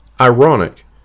Ironic